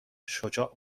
شجاع